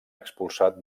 expulsat